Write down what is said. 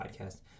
podcast